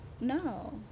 No